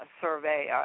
survey